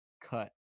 cut